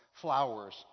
flowers